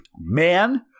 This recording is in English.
man